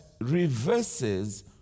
reverses